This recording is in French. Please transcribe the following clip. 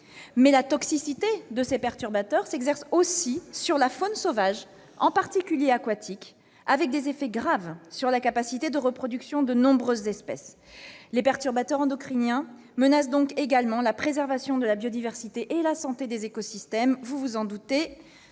la toxicité des perturbateurs endocriniens s'exerce aussi sur la faune sauvage, en particulier aquatique, avec des effets graves sur la capacité de reproduction de nombreuses espèces. Les perturbateurs endocriniens menacent donc la préservation de la biodiversité et la santé des écosystèmes. C'est un sujet